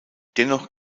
dennoch